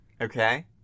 okay